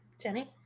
Jenny